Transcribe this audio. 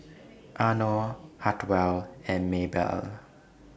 Arno Hartwell and Maebelle